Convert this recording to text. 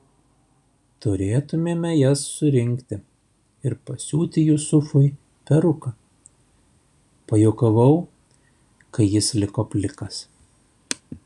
turėtumėme jas surinkti ir pasiūti jusufui peruką pajuokavau kai jis liko plikas